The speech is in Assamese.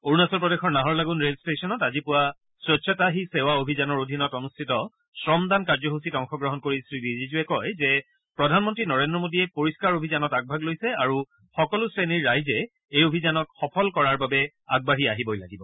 অৰুণাচল প্ৰদেশৰ নাহৰলগুণ ৰেলৱে ট্টেশ্যনত আজি পুৱা স্বছ্তা হি সেৱা অভিযানৰ অধীনত অনুষ্ঠিত হোৱা শ্ৰম দান কাৰ্যসূচীত অংশগ্ৰহণ কৰি শ্ৰীৰিজিজুৰে কয় যে প্ৰধানমন্তী নৰেন্দ্ৰ মোডীয়ে পৰিস্কাৰ অভিযানত আগভাগ লৈছে আৰু সকলো শ্ৰেণীৰ ৰাইজে এই অভিযানক সফল কৰাৰ বাবে আগভাগ লবই লাগিব